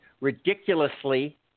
ridiculously